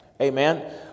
Amen